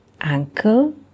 uncle